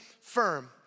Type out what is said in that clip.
firm